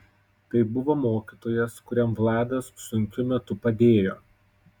tai buvo mokytojas kuriam vladas sunkiu metu padėjo